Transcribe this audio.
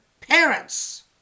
parents